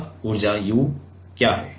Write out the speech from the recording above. अब ऊर्जा U क्या है